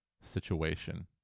situation